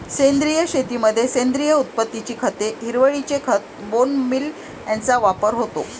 सेंद्रिय शेतीमध्ये सेंद्रिय उत्पत्तीची खते, हिरवळीचे खत, बोन मील यांचा वापर होतो